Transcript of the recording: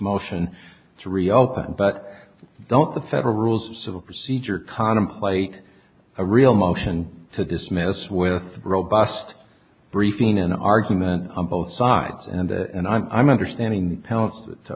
motion to reopen but don't the federal rules of civil procedure contemplate a real motion to dismiss with robust briefing an argument on both sides and and i'm understanding t